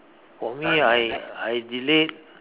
for me I I delete